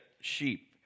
sheep